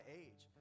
age